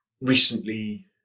recently